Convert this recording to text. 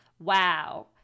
wow